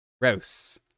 Gross